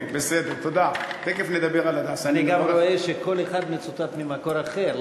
אני גם רואה שכל אחד מצוטט ממקור אחר.